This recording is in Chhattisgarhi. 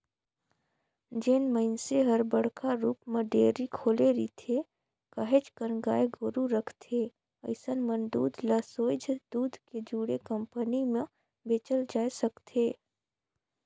जेन मइनसे हर बड़का रुप म डेयरी खोले रिथे, काहेच कन गाय गोरु रखथे अइसन मन दूद ल सोयझ दूद ले जुड़े कंपनी में बेचल जाय सकथे